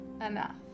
enough